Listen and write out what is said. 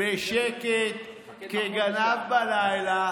לא הבנו.